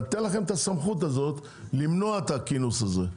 ניתן לכם את הסמכות הזאת למנוע את הכינוס הזה,